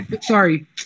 sorry